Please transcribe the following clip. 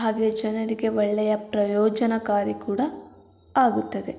ಹಾಗೇ ಜನರಿಗೆ ಒಳ್ಳೆಯ ಪ್ರಯೋಜನಕಾರಿ ಕೂಡ ಆಗುತ್ತದೆ